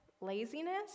laziness